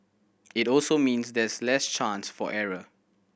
it also means there's less chance for error